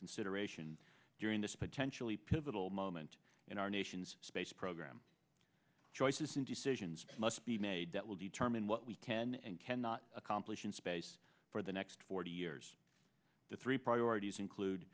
consideration during this potentially pivotal moment in our nation's space program choices and decisions must be made that will determine what we can and cannot accomplish in space for the next forty years the three priorities include